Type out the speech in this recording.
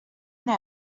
that